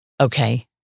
Okay